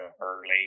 early